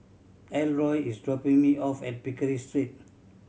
Elroy is dropping me off at Pickering Street